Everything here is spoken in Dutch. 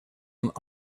een